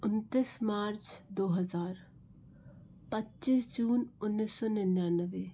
उनतीस मार्च दो हज़ार पच्चीस जून उन्नीस सौ निन्यानवे